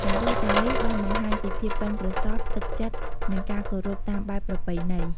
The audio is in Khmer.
ទង្វើទាំងនេះបានបង្ហាញពីភាពប៉ិនប្រសប់ ទឹកចិត្ត និងការគោរពតាមបែបប្រពៃណី។